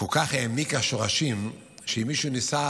כל כך העמיקה שורשים, שאם מישהו ניסה